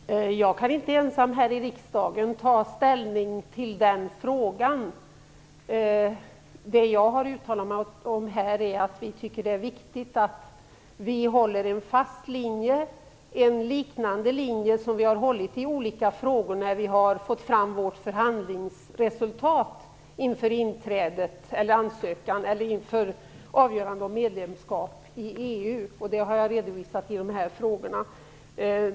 Fru talman! Jag kan inte ensam här i riksdagen ta ställning till den frågan. Det jag har uttalat mig om här är att vi tycker att det är viktigt att vi följer en fast linje, liknande den vi har följt i olika frågor när vi har fått fram vårt förhandlingsresultat inför avgörandet om medlemskap i EU. Det har jag redovisat i dessa frågor.